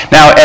Now